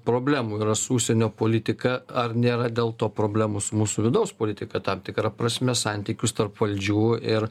problemų yra su užsienio politika ar nėra dėl to problemos su mūsų vidaus politika tam tikra prasme santykius tarp valdžių ir